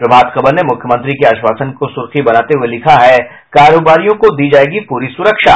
प्रभात खबर ने मुख्यमंत्री के आश्वासन को सुर्खी बनाते हुये लिखा है कारोवारियों को दी जायेगी पूरी सुरक्षा